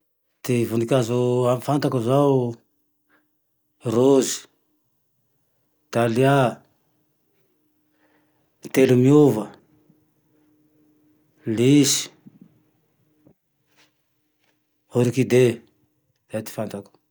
Ty vonikazo fantako zao rôzy, dalia, telomiova, lisy, orkide, zay ty fantako